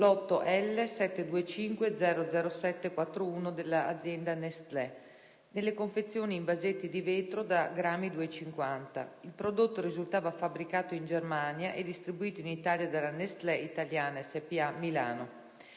(lotto L 72500741) della Nestlè, nelle confezioni in vasetti di vetro da 250 grammi. Il prodotto risultava fabbricato in Germania e distribuito in Italia dalla Nestlè italiana Spa-Milano.